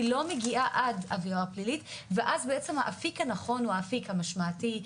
היא לא מגיעה עד עבירה פלילית ואז האפיק הנכון הוא האפיק המשמעתי,